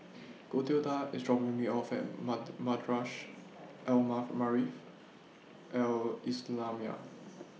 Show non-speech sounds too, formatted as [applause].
Clotilda IS dropping Me off At [unintelligible] Madrasah Al [unintelligible] Maarif Al Islamiah